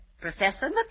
Professor